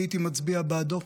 אני הייתי מצביע בעדו.